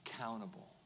Accountable